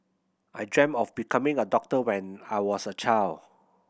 I dreamt of becoming a doctor when I was a child